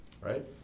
Right